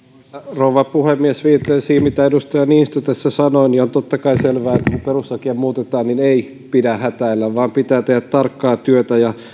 rouva puhemies viitaten siihen mitä edustaja niinistö tässä sanoi on totta kai selvää että kun perustuslakia muutetaan niin ei pidä hätäillä vaan pitää tehdä tarkkaa työtä ja